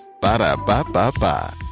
Ba-da-ba-ba-ba